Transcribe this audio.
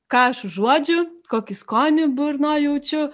ką aš užuodžiu kokį skonį burnoj jaučiu